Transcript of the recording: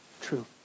True